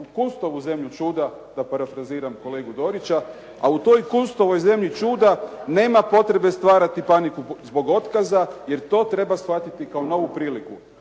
Kunstovu zemlju čuda, da parafraziramo kolegu Dorića, a u toj Kunstovoj zemlji čuda nema potrebe stvarati paniku zbog otkaza jer to treba shvatiti kao novu priliku.